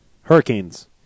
Hurricanes